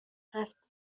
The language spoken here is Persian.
هست